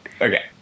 Okay